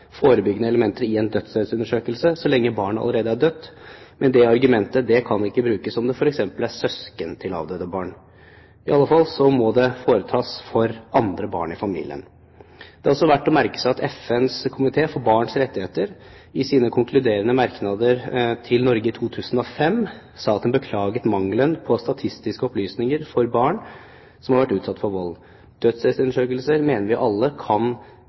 forebyggende elementer i en dødsstedsundersøkelse, da barnet allerede er dødt. Men det argumentet kan ikke brukes om det f.eks. er søsken til avdøde barn. I alle fall må dødsstedsundersøkelse foretas hvis det er andre barn i familien. Det er også verdt å merke seg at FNs komité for barns rettigheter i sine konkluderende merknader til Norge i 2005 sa at den beklaget mangelen på statistiske opplysninger om barn som har vært utsatt for vold. Dødsstedsundersøkelser mener vi alle kan